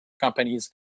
companies